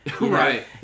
Right